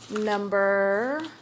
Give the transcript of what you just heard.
number